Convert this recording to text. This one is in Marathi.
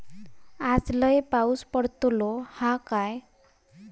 आज लय पाऊस पडतलो हा काय?